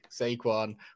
Saquon